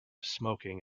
smoking